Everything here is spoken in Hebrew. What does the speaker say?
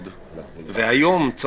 היום.